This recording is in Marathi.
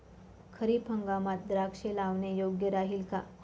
खरीप हंगामात द्राक्षे लावणे योग्य राहिल का?